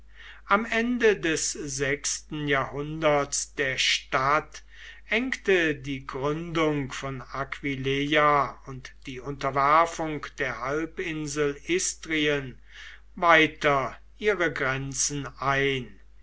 am ende des sechsten jahrhunderts der stadt engte die gründung von aquileia und die unterwerfung der halbinsel istrien weiter ihre grenzen ein